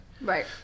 Right